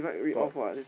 got